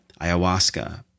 ayahuasca